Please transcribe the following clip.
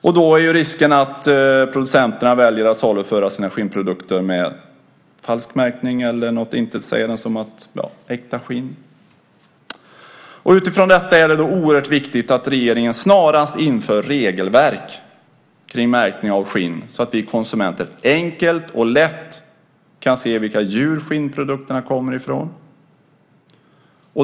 Risken är då att producenterna väljer att saluföra sina skinnprodukter med falsk märkning eller något intetsägande som "äkta skinn". Utifrån detta är det oerhört viktigt att regeringen snarast inför regelverk för märkning av skinn så att vi konsumenter enkelt och lätt kan se vilka djur skinnprodukterna kommer ifrån.